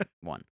one